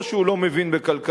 או שהוא לא מבין בכלכלה,